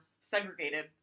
segregated